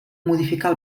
modificar